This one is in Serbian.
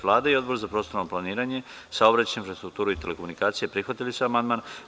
Vlada i Odbor za prostorno planiranje, saobraćaj, infrastrukturu i telekomunikacije prihvatili su amandman.